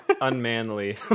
unmanly